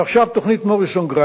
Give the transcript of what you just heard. עכשיו, תוכנית מוריסון-גריידי,